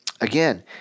Again